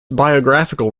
biographical